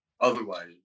otherwise